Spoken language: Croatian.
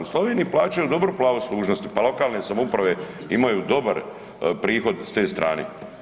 U Sloveniji plaćaju dobro pravo služnosti pa lokalne samouprave imaju dobar prihod s te strane.